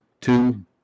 two